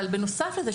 אבל בנוסף לזה,